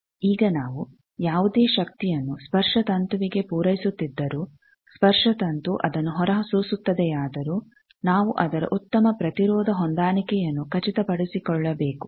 ಈಗ ನಾವು ಯಾವುದೇ ಶಕ್ತಿಯನ್ನು ಸ್ಪರ್ಶತಂತುವಿಗೆ ಪೂರೈಸುತ್ತಿದ್ದರೂ ಸ್ಪರ್ಶತಂತು ಅದನ್ನು ಹೊರ ಸೂಸುತ್ತದೆಯಾದರೂ ನಾವು ಅದರ ಉತ್ತಮ ಪ್ರತಿರೋಧ ಹೊಂದಾಣಿಕೆಯನ್ನು ಖಚಿತಪಡಿಸಿಕೊಳ್ಳಬೇಕು